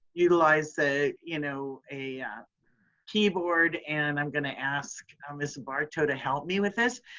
utilize a you know a keyboard and i'm gonna ask miss barto to help me with this.